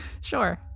Sure